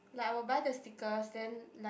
like I will buy the stickers then like